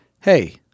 Hey